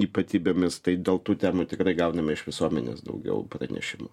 ypatybėmis tai dėl tų temų tikrai gauname iš visuomenės daugiau pranešimų